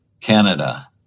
Canada